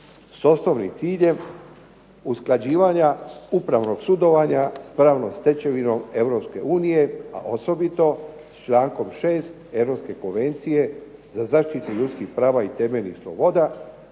s osnovnim ciljem usklađivanja upravnog sudovanja s pravnom stečevinom Europske unije, a osobit s člankom 6. Europske konvencije za zaštitu ljudskih prava i temeljnih sloboda